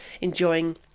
enjoying